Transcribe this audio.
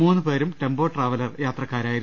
മൂന്ന് പേരും tempo traveller യാത്രക്കാരായിരുന്നു